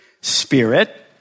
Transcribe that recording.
Spirit